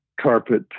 carpet